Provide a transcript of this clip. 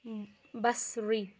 بصری